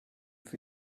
für